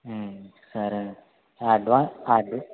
సరే అడ్వాన్స్ అడ్వ